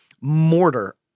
mortar